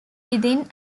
within